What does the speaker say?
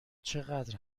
چقدر